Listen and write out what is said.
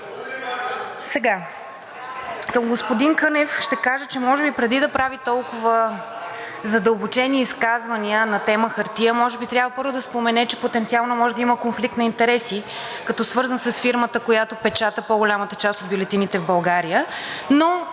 Сега, към господин Кънев ще кажа, че преди да прави толкова задълбочени изказвания на тема хартия, може би трябва първо да спомене, че потенциално може да има конфликт на интереси като свързан с фирмата, която печата по-голямата част от бюлетините в България,